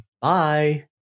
Bye